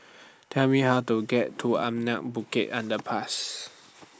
Tell Me How to get to Anak Bukit Underpass